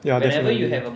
ya definitely